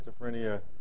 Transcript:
schizophrenia